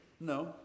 No